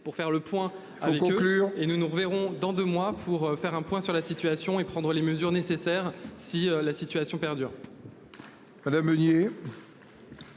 pour faire le point avec exclure et nous nous reverrons dans deux mois pour faire un point sur la situation et prendre les mesures nécessaires si la situation perdure.